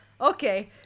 okay